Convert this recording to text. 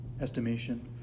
estimation